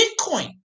Bitcoin